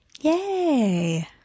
Yay